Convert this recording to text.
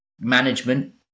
management